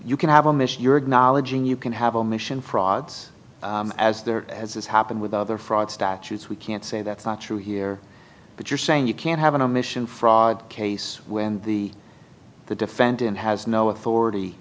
you can have a mission your knowledge and you can have a mission frauds as there as has happened with other fraud statutes we can't say that's not true here but you're saying you can't have an omission fraud case when the the defendant has no authority